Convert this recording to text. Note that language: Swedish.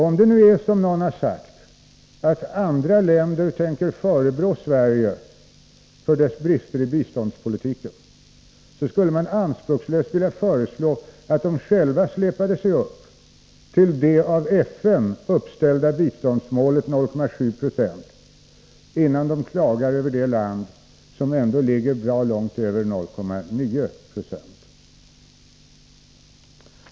Om det nu är som någon har sagt, att andra länder tänker förebrå Sverige för dess brister i biståndspolitiken, skulle man anspråkslöst vilja föreslå att de själva släpade sig upp till det av FN uppställda biståndsmålet 0,7 26, innan de klagar över det land som ändå ligger bra långt över 0,9 90.